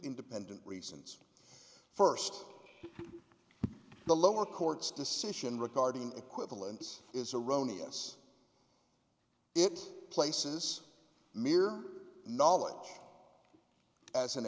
independent reasons first the lower court's decision regarding equivalence is erroneous it places mere knowledge as an